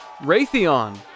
Raytheon